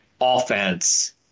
offense